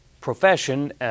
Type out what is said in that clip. Profession